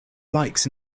likes